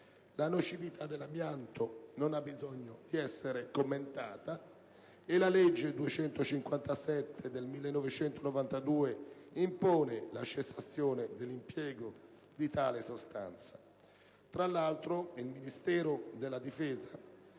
La nocività dell'amianto non ha bisogno di essere commentata e la legge n. 257 del 1992 impone la cessazione dell'impiego di tale sostanza. Tra l'altro, il Ministero della difesa